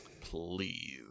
Please